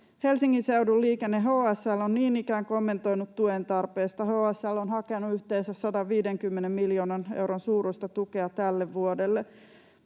Helsingin seudun liikenne HSL on niin ikään kommentoinut tuen tarpeesta. HSL on hakenut yhteensä 150 miljoonan euron suuruista tukea tälle vuodelle,